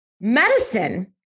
medicine